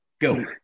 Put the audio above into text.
go